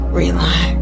relax